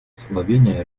словения